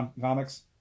comics